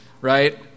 right